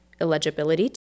eligibility